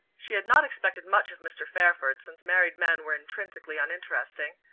she had not expected much of mr. fairford, since married men were intrinsically uninteresting,